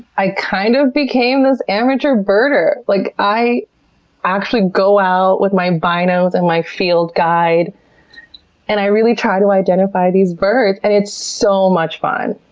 i kind of became this amateur birder. like, i actually go out with my binos and my field guide and i really try to identify these birds. and it's so much fun!